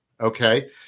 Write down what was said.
okay